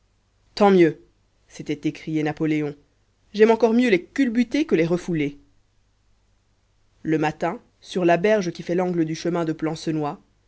tant mieux s'était écrié napoléon j'aime encore mieux les culbuter que les refouler le matin sur la berge qui fait l'angle du chemin de plancenoit